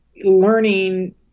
learning